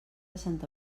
santa